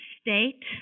state